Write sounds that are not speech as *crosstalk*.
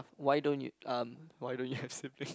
why don't you um why don't you *breath* have sibling